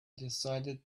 decided